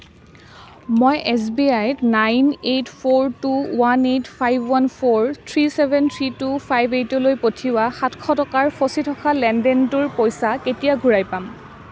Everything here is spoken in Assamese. মই এছ বি আইত nine eight four two one eight five one four three seven three two five eight লৈ পঠিওৱা সাতশ টকাৰ ফচি থকা লেনদেনটোৰ পইচা কেতিয়া ঘূৰাই পাম